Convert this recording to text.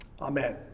Amen